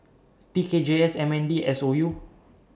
T K G S M N D S O U